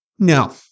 No